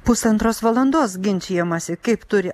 pusantros valandos ginčijamasi kaip turi